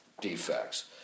defects